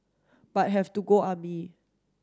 but have to go army